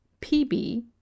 pb